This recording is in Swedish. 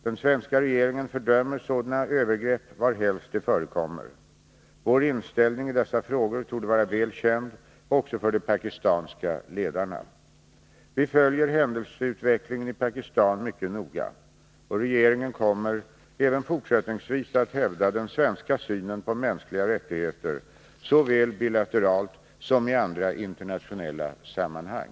Den svenska regeringen fördömer sådana övergrepp varhelst de förekommer. Vår inställning i dessa frågor torde vara väl känd också för de pakistanska ledarna. Vi följer händelseutvecklingen i Pakistan mycket noga. Regeringen kommer även fortsättningsvis att hävda den svenska synen på mänskliga rättigheter såväl bilateralt som i andra internationella sammanhang.